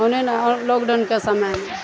online लॉकडाउनके समयमे